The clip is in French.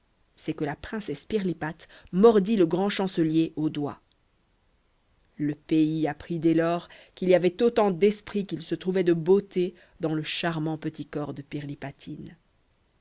c'est que la princesse pirlipate mordit le grand chancelier au doigt le pays apprit dès lors qu'il y avait autant d'esprit qu'il se trouvait de beauté dans le charmant petit corps de